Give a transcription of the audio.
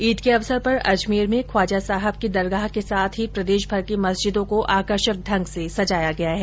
ईद के अवसर पर अजमेर में ख्वाजा साहब की दरगाह के साथ ही प्रदेशभर की मस्जिदों को आकर्षक ढंग से सजाया गया है